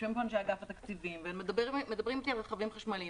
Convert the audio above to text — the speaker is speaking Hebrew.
יושבים אנשי אגף התקציבים ומדברים איתי על רכבים חשמליים,